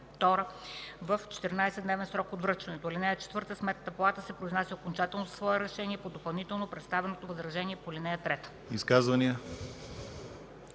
в 14-дневен срок от връчването. (4) Сметната палата се произнася окончателно със свое решение по допълнително представеното възражение по ал. 3.”